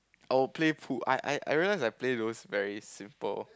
I will play pool I I I realize that I play those very simple